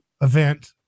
event